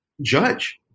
judge